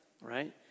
right